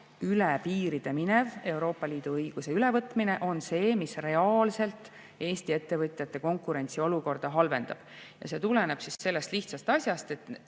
üle piiride minev Euroopa Liidu õiguse ülevõtmine on see, mis reaalselt Eesti ettevõtjate konkurentsiolukorda halvendab. See tuleneb sellisest lihtsast asjast: